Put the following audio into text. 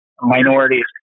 minorities